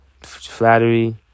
Flattery